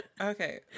Okay